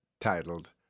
titled